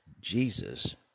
jesus